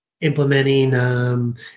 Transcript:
implementing